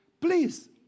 please